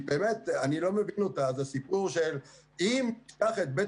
כולנו רוצים שבית חולים סורוקה יהיה בית חולים